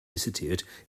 institute